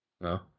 No